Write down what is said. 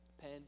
pen